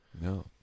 No